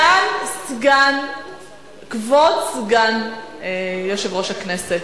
על דעת כבוד סגן יושב-ראש הכנסת,